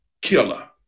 killer